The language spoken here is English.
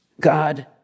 God